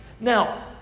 Now